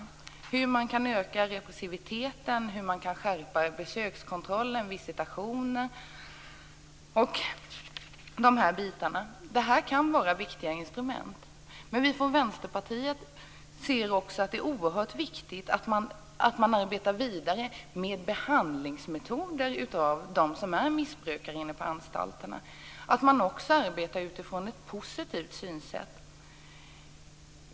Det gäller hur man kan öka repressiviteten, hur man kan skärpa besökskontrollen, visitationerna och sådana bitar. Det kan vara viktiga instrument. Men vi från Vänsterpartiet anser också att det är oerhört viktigt att man arbetar vidare med behandlingsmetoder för dem som är missbrukare inne på anstalterna. Man måste också arbeta utifrån ett positivt synsätt.